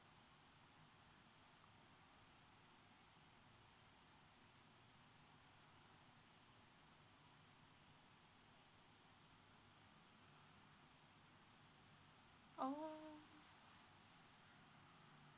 oh